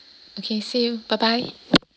okay see you bye bye